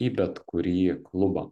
į bet kurį klubą